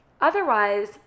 Otherwise